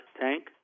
Tank